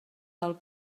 del